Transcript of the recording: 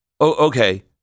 Okay